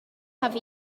have